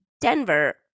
Denver